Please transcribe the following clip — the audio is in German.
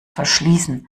verschließen